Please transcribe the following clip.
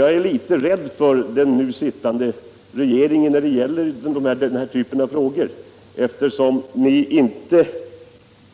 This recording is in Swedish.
— Jag är litet rädd för den nu sittande regeringen när det gäller den här typen av frågor, eftersom ni inte